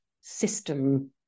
system